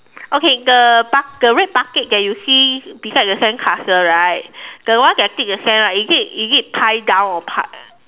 okay the buck~ the red bucket that you see beside the sandcastle right the one that dig the sand right is it is it pile down or pile